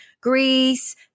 Greece